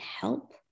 help